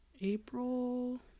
April